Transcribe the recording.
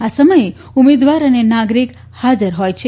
આ સમયે ઉમેદવાર અને નાગરિક હાજર હોય છે